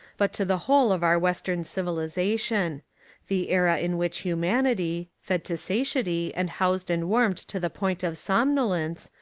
but to the whole of our western civilisation the era in which humanity, fed to satiety and housed and warmed to the point of somnolence,